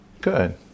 good